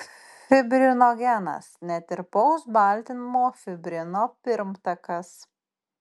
fibrinogenas netirpaus baltymo fibrino pirmtakas